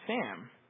Sam